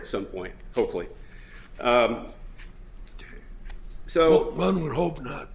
at some point hopefully so one would hope not